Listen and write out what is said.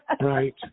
right